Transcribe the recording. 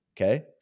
okay